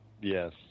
Yes